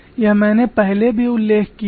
यह मैंने पहले भी उल्लेख किया था